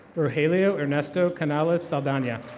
rogelio ernesto canalis saldania.